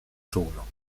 czółno